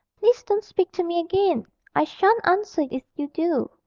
please don't speak to me again i shan't answer if you do.